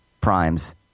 primes